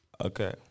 Okay